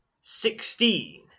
Sixteen